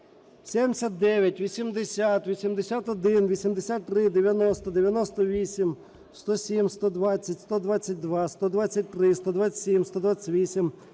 79, 80, 81, 83, 90, 98, 107, 120, 122, 123, 127, 128,